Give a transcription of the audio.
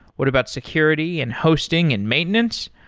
what about security and hosting and maintenance?